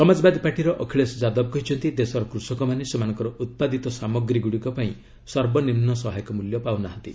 ସମାଜବାଦୀ ପାର୍ଟିର ଅଖିଳେଶ ଯାଦବ କହିଛନ୍ତି ଦେଶର କୃଷମାନେ ସେମାନଙ୍କର ଉତ୍ପାଦିତ ସାମଗ୍ରୀ ଗୁଡ଼ିକ ପାଇଁ ସର୍ବନିମ୍ନ ସହାୟକ ମୂଲ୍ୟ ପାଉନାହାନ୍ତି